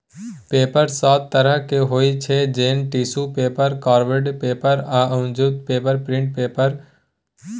paper सात तरहक होइ छै जेना टिसु पेपर, कार्डबोर्ड पेपर आ न्युजपेपर प्रिंट पेपर